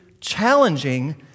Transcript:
challenging